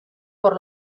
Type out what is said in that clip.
por